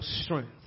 strength